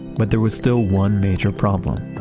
but there was still one major problem